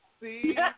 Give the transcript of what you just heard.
See